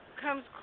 comes